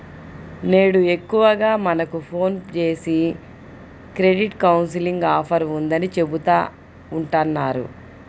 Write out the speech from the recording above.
నేడు ఎక్కువగా మనకు ఫోన్ జేసి క్రెడిట్ కౌన్సిలింగ్ ఆఫర్ ఉందని చెబుతా ఉంటన్నారు